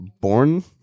born